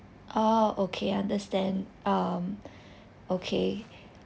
oh okay understand um okay